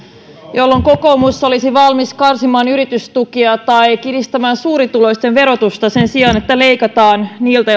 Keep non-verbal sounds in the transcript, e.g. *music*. jolloin kokoomus olisi valmis karsimaan yritystukia tai kiristämään suurituloisten verotusta sen sijaan että leikataan niiltä *unintelligible*